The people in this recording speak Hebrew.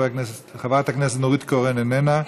חברת הכנסת נורית קורן, איננה.